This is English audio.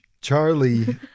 Charlie